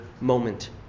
moment